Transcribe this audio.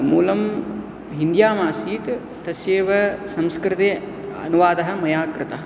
मूलं हिन्द्याम् आसीत् तस्यैव संस्कृते अनुवादः मया कृतः